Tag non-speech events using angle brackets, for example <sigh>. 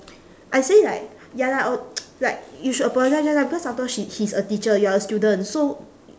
I say like ya lah oh <noise> like you should apologise ya lah cause after all she he is a teacher you are a student so